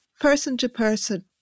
person-to-person